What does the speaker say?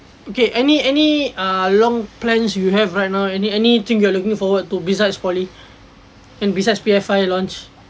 okay any any uh long plans you have right now any anything you are looking forward to besides poly and besides P_S five launch